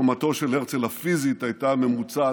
שקומתו הפיזית של הרצל הייתה ממוצעת,